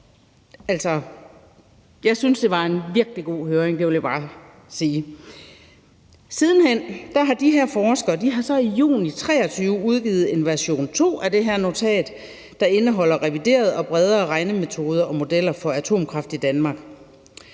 Jeg synes, det var en virkelig god høring, det vil jeg bare sige. Siden hen har de her forskere i juni 2023 udgivet en version 2 af det her notat, der indeholder reviderede og bredere regnemetoder og modeller for atomkraft i Danmark.